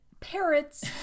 parrots